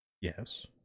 yes